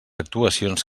actuacions